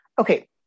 okay